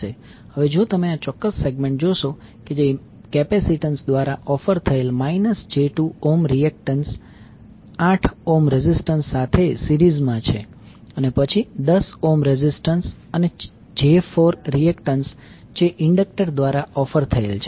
હવે જો તમે આ ચોક્કસ સેગમેન્ટ જોશો કે જે કેપેસિટન્સ દ્વારા ઓફર થયેલ j2ઓહ્મ રિએક્ટન્સ 8 ઓહ્મ રેઝિસ્ટન્સ સાથે સીરીઝમાં છે અને પછી 10 ઓહ્મ રેઝિસ્ટન્સ અને j4રિએક્ટન્સ જે ઇન્ડકટર દ્વારા ઓફર થયેલ છે